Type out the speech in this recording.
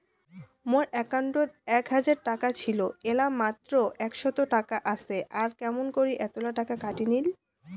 মোর একাউন্টত এক হাজার টাকা ছিল এলা মাত্র সাতশত টাকা আসে আর কেমন করি এতলা টাকা কাটি নিল?